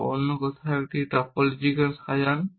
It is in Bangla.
বা অন্য কথায় একটি টপোলজিকাল সাজান